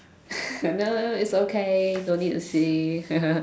no it's okay don't need to see